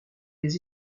les